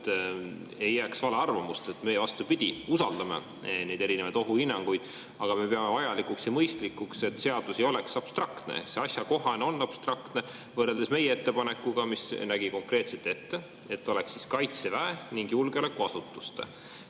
et ei jääks vale arvamust: meie, vastupidi, usaldame neid erinevaid ohuhinnanguid, aga me peame vajalikuks ja mõistlikuks, et seadus ei oleks abstraktne. See "asjakohane" on abstraktne võrreldes meie ettepanekuga, mis nägi konkreetselt ette, et oleks Kaitseväe ning julgeolekuasutuste